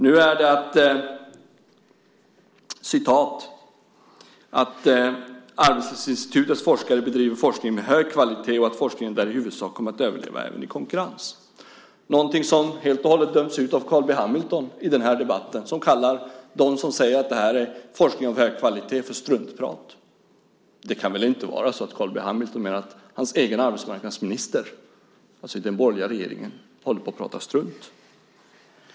Nu heter det att "Arbetslivsinstitutets forskare bedriver forskning med hög kvalitet och att forskningen där i huvudsak kommer att överleva även i konkurrens" - någonting som helt och hållet döms ut av Carl B Hamilton i den här debatten. Att säga att detta är forskning av hög kvalitet kallar han för struntprat. Det kan väl inte vara så att Carl B Hamilton menar att hans egen arbetsmarknadsminister i den borgerliga regeringen pratar strunt?